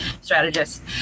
strategist